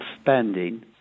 spending